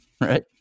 right